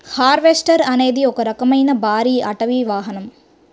harvester అనేది ఒక రకమైన భారీ అటవీ వాహనం